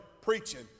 preaching